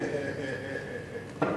אדוני היושב-ראש,